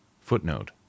Footnote